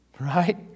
Right